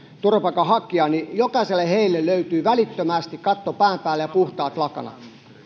turvapaikanhakijaa niin jokaiselle heistä löytyi välittömästi katto pään päälle ja puhtaat lakanat